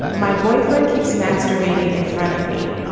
my boyfriend keeps masturbating in front of me.